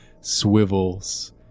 swivels